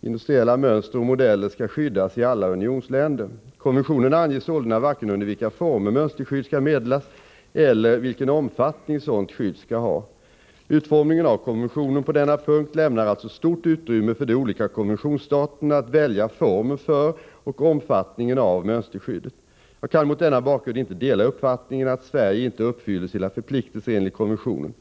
”Industriella mönster och modeller skall skyddas i alla unionsländer.” Konventionen anger sålunda varken under vilka former mönsterskydd skall meddelas eller vilken omfattning sådant skydd skall ha. Utformningen av konventionen på denna punkt lämnar alltså stort utrymme för de olika konventionsstaterna att välja formen för och omfattningen av mönsterskyddet. Jag kan mot denna bakgrund inte dela uppfattningen att Sverige inte uppfyller sina förpliktelser enligt konventionen.